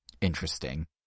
interesting